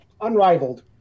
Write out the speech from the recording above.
unrivaled